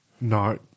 no